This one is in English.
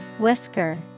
Whisker